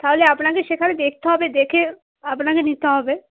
তাহলে আপনাকে সেখানে দেখতে হবে দেখে আপনাকে নিতে হবে